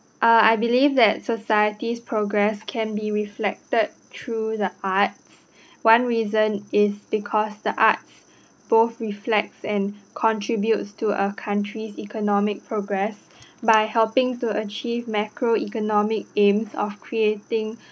uh I believe that society's progress can be reflected through the art one reason is because the arts both reflects and contribute to a country's economic progress by helping to achieve macroeconomic aims of creating